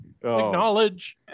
Acknowledge